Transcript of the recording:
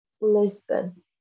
Lisbon